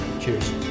Cheers